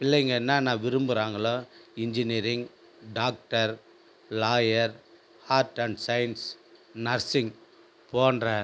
பிள்ளைங்கள் என்னன்னா விரும்புறாங்களோ engineering doctor lawyer art and science nursing போன்ற